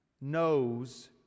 knows